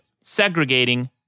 segregating